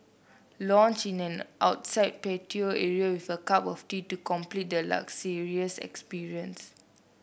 lounge in an outside patio area with a cup of tea to complete the luxurious experience